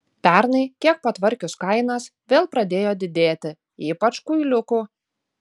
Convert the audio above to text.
pernai kiek patvarkius kainas vėl pradėjo didėti ypač kuiliukų